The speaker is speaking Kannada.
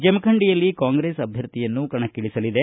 ಜಮಖಂಡಿಯಲ್ಲಿ ಕಾಂಗ್ರೆಸ್ ಅಭ್ಯರ್ಥಿಯನ್ನು ಕಣಕ್ಕಿಳಿಸಲಿದೆ